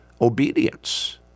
obedience